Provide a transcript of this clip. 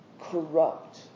corrupt